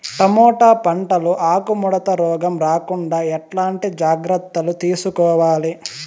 Tomato పంట లో ఆకు ముడత రోగం రాకుండా ఎట్లాంటి జాగ్రత్తలు తీసుకోవాలి?